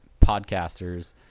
podcasters